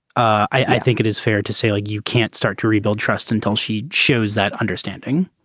i think it is fair to say like you can't start to rebuild trust until she shows that understanding